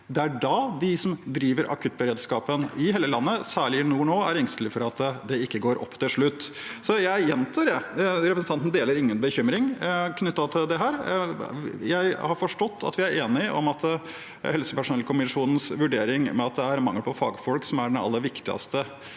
Det er da de som driver akuttberedskapen i hele landet, særlig i nord nå, er engstelige for at det ikke går opp til slutt. Så jeg gjentar, for representanten deler ingen bekymring knyttet til dette. Jeg har forstått at vi er enig i helsepersonellkommisjonens vurdering om at det er mangel på fagfolk som er den aller viktigste